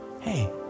hey